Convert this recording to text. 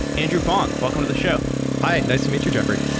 andrew fong, welcome to the show hi! nice to meet you, jeffrey.